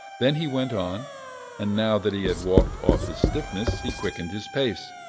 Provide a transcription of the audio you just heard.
then he went on and now that he had walked off his stiffness he quickened his pace.